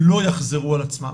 לא יחזרו על עצמם.